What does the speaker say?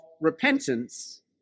repentance